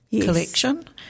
collection